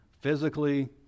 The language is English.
physically